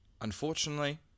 unfortunately